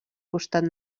costat